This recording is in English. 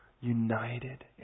united